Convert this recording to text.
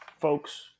folks